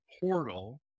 portal